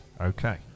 Okay